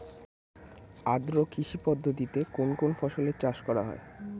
আদ্র কৃষি পদ্ধতিতে কোন কোন ফসলের চাষ করা হয়?